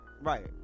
right